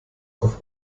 auf